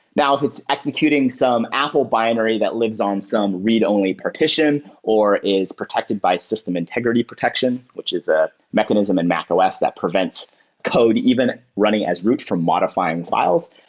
now if it's executing some apple binary that lives on some read-only partition or is protected by system integrity protection, which is a mechanism in mac os that prevents code even running as root for modifying files.